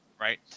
right